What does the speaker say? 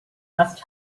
must